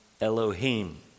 Elohim